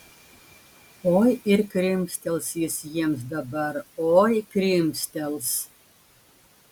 oi ir krimstels jis jiems dabar oi krimstels